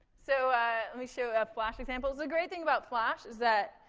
so let me show ah flash examples. the great thing about flash is that,